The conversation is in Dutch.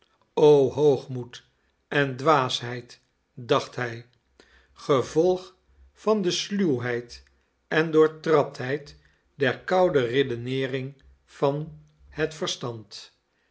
hoogmoed en dwaasheid dacht hij gevolg van de sluwheid en doortraptheid der koude redeneering van het verstand